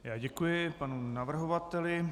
Já děkuji panu navrhovateli.